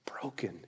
broken